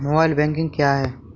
Mobile banking क्या है?